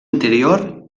interior